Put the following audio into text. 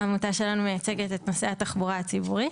העמותה שלנו מייצגת את נושא התחבורה הציבורית.